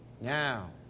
Now